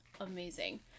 amazing